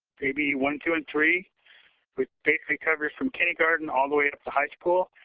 ab one, two, and three which basically covers from kindergarten all the way up to high school.